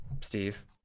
Steve